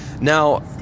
now